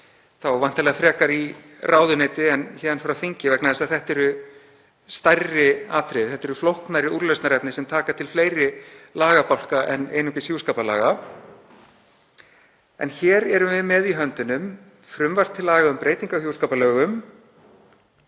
þá væntanlega frekar í ráðuneyti en hér á þingi vegna þess að þetta eru stærri atriði og flóknari úrlausnarefni sem taka til fleiri lagabálka en einungis hjúskaparlaga. En hér erum við með í höndunum frumvarp til laga um breytingar á hjúskaparlögum